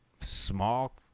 small